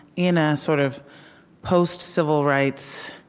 in a sort of post-civil rights,